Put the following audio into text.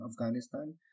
Afghanistan